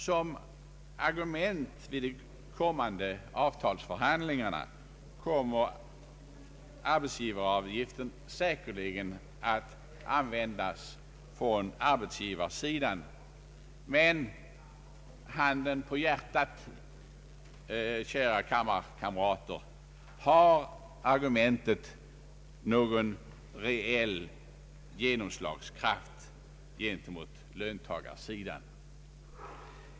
Som argument vid de förestående avtalsförhandlingarna kommer arbetsgivaravgiften säkerligen att användas av arbetsgivarsidan, men handen på hjärtat, kära kammarkamrater, har argumentet någon reell genomslagskraft gentemot löntagarsidan?